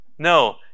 No